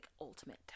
ultimate